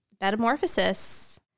metamorphosis